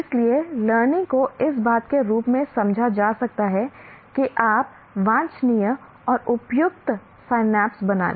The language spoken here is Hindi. इसलिए लर्निंग को इस बात के रूप में समझा जा सकता है कि आप वांछनीय और उपयुक्त सिनेप्स बनाने